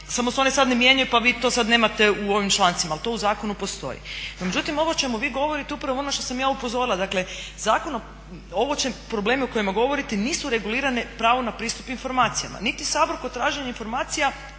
samo se sada ne mijenjaju pa vi to sada nemate u ovim člancima, ali to u zakonu postoji. No međutim ovo o čemu vi govorite je upravo ono što sam ja upozorila, dakle ovi problemi o kojima govorite nisu regulirane pravo na pristup informacijama, niti Sabor kod traženja informacija